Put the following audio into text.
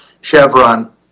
Chevron